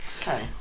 Okay